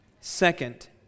Second